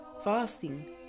fasting